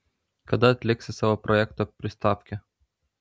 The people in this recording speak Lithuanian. kada atliksi savo projekto pristavkę